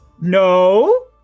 No